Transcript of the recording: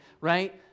right